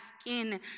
skin